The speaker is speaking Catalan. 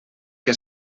que